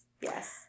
Yes